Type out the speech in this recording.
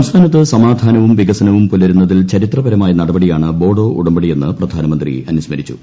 സംസ്ഥാനത്ത് സമാധാനവും വികസനവും പുലരുന്നതിൽ ചരിത്രപരമായ നടപടിയാണ് ബോഡോ ഉടമ്പടിയെന്ന് പ്രധാനമന്ത്രി അനുസ്മരിച്ചു